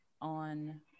on